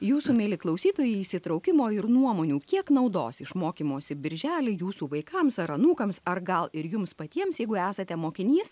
jūsų mieli klausytojai įsitraukimo ir nuomonių kiek naudos iš mokymosi birželį jūsų vaikams ar anūkams ar gal ir jums patiems jeigu esate mokinys